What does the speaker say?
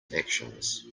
actions